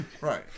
right